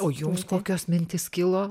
o jums kokios mintys kilo